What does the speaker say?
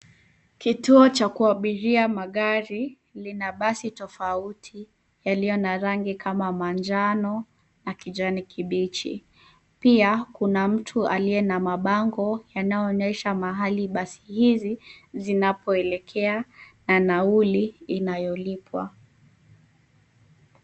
Kituo cha kuwa abiria magari. Lina basi tofauti yaliyo na rangi kama manjano na kijani kibichi. Pia kuna mtu aliye na mabango yanayoonyesha mahali basi hizi zinapoelekea na nauli inayolipwa.